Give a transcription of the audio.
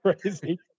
crazy